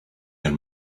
your